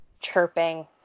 chirping